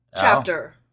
Chapter